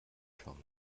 schauen